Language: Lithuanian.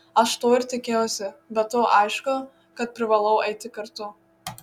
aš to ir tikėjausi be to aišku kad privalau eiti kartu